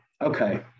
Okay